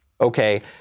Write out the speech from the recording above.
Okay